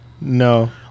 No